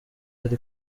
ari